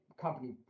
company